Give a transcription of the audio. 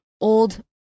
old